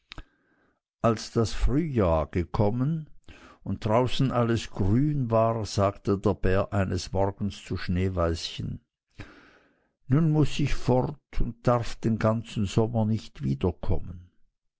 als das frühjahr herangekommen und draußen alles grün war sagte der bär eines morgens zu schneeweißchen nun muß ich fort und darf den ganzen sommer nicht wiederkommen